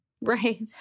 Right